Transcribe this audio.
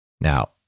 Now